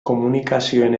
komunikazioen